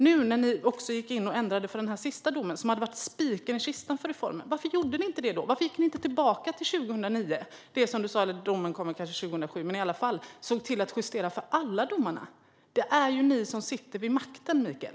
När ni nu gick in och ändrade för den senaste domen, som hade varit spiken i kistan för reformen, varför gjorde ni då ingenting? Varför gick ni inte tillbaka till 2009 - domen kanske kom 2007, men i alla fall - och såg till att justera för alla domarna? Det är ju ni som sitter vid makten, Mikael.